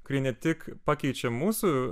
kurie ne tik pakeičiau mūsų